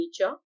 nature